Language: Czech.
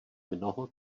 mnoho